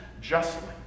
justly